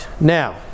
Now